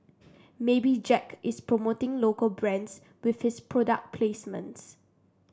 maybe Jack is promoting local brands with his product placements